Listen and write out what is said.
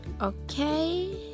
Okay